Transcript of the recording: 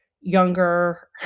younger